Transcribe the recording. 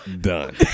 done